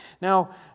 Now